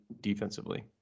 defensively